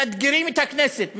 מאתגרים את הכנסת,